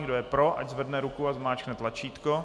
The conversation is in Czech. Kdo je pro, ať zvedne ruku a zmáčkne tlačítko.